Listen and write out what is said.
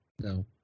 No